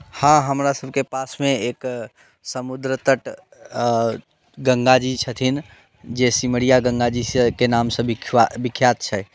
हँ हमरा सभके पासमे एक समुद्र तट गङ्गाजी छथिन जे सिमरिया गङ्गाजीसँ के नामसँ भी विख्वा विख्यात छै